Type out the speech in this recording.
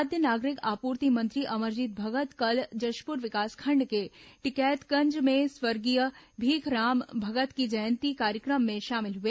खाद्य नागरिक आपूर्ति मंत्री अमरजीत भगत कल जशपुर विकासखंड के टिकैतगंज में स्वर्गीय भीखराम भगत की जयंती कार्यक्रम में शामिल हुए